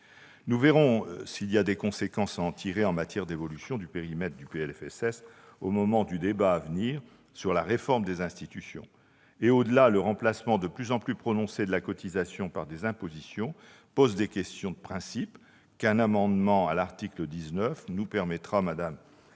Nous verrons s'il y a des conséquences à en tirer en matière d'évolution du périmètre du PLFSS au moment du débat à venir sur la réforme des institutions. Au-delà, le remplacement de plus en plus prononcé de la cotisation par des impositions pose des questions de principe, qu'un amendement à l'article 19 nous permettra d'aborder